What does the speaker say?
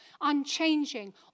unchanging